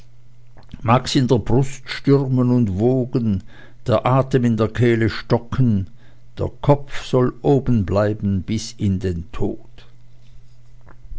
mag's in der brust stürmen und wogen der atem in der kehle stocken der kopf soll oben bleiben bis in den tod